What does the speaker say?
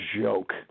joke